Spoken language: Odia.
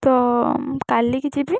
ତ କାଲିକି ଯିବି